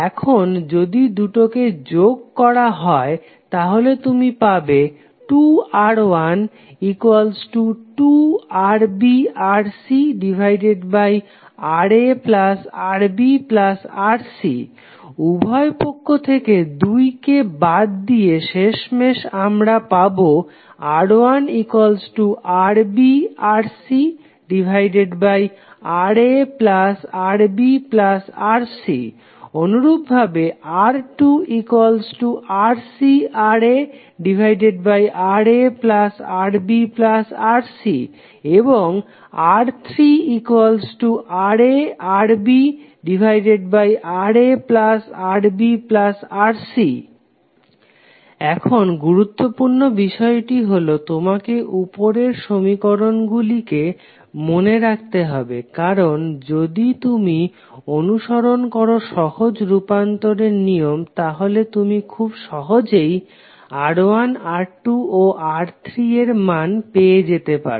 এখন যদি দুটিকে যোগ করা হয় তাহলে তুমি পাবে 2R12RbRcRaRbRc উভয় পক্ষ থেকে 2 কে বাদ দিয়ে শেষমেশ আমরা পাবো R1RbRcRaRbRc অনুরূপভাবে R2RcRaRaRbRc R3RaRbRaRbRc এখন গুরুত্বপূর্ণ বিষয়টি হলো তোমাকে উপরের সমীকরণগুলি কে মনে রাখতে হবে কারণ যদি তুমি অনুসরন করো সহজ রুপান্তরের নিয়ম তাহলে তুমি খুব সহজেই R1 R2 ও R3 এর মান পেতে পারো